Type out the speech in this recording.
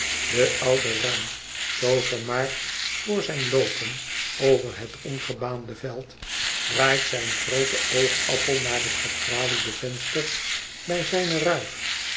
de oude ruin zoo vermaard voor zijn loopen over het ongebaande veld draait zijn grooten oogappel naar het getraliede venster bij zijne ruif